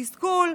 תסכול,